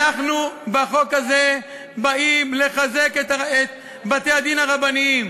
אנחנו בחוק הזה באים לחזק את בתי-הדין הרבניים.